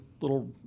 little